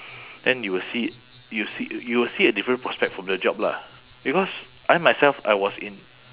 then you will see you will see you will see a different prospect from the job lah because I myself I was in